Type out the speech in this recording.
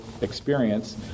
experience